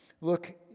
Look